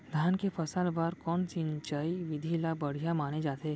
धान के फसल बर कोन सिंचाई विधि ला बढ़िया माने जाथे?